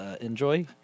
enjoy